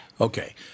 Okay